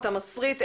אתה מסריט,